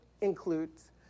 includes